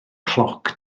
cloc